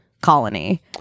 colony